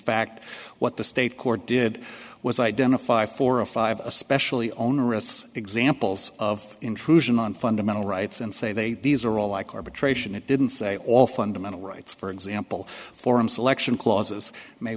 fact what the state court did was identify four of five especially onerous examples of intrusion on fundamental rights and say they these are all like arbitration it didn't say all fundamental rights for example form selection clauses may